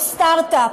או סטארט-אפ,